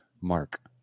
Mark